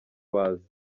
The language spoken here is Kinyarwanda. baza